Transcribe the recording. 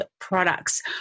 products